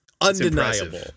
undeniable